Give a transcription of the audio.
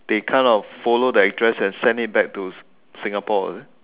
they kind of follow actress and send it back to Singapore is it